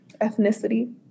ethnicity